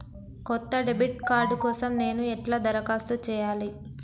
కొత్త debit card కోసం నేను ఎట్లా దరఖాస్తు చేయాలి?